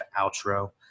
outro